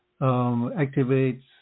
activates